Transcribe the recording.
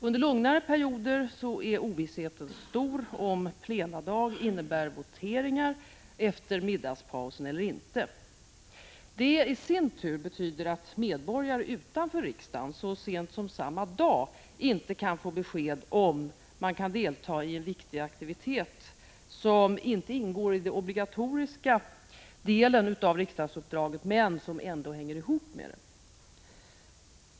Under lugnare perioder är ovissheten stor om huruvida plenidag innebär voteringar efter middagspausen eller inte. Detta i sin tur betyder att medborgare utanför riksdagen så sent som samma dag inte kan få besked om man kan delta i en viktig aktivitet som inte ingår i den obligatoriska delen av riksdagsuppdraget men som ändå hänger ihop med detta uppdrag.